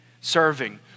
serving